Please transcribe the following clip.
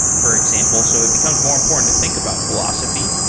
for example. so it becomes more important to think about philosophy.